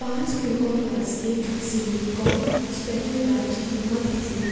पांच कु़डको classic silicon स्पॅटुलाची किंमत कितली